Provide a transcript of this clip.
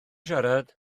siarad